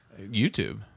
YouTube